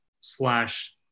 slash